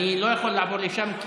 אני לא יכול לעבור לשם,